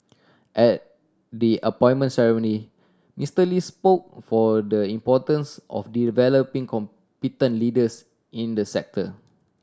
at the appointment ceremony Mister Lee spoke for the importance of developing competent leaders in the sector